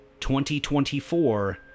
2024